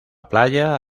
playa